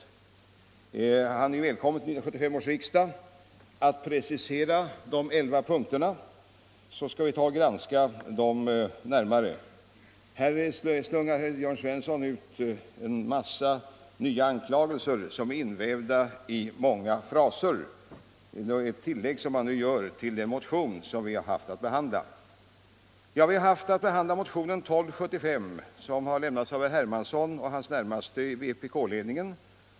Herr Svensson är välkommen till 1975 års riksdag att precisera de elva punkterna, så skall vi granska dem närmare. Herr Svensson slungar ut en massa nya anklagelser, som är invävda i många fraser. De utgör ett tillägg till den motion som utskottet har haft att behandla, nämligen motionen 1275 av herr Hermansson och hans närmaste i vpk-ledningen.